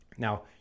Now